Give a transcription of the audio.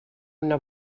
una